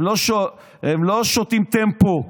הם לא שותים טמפו,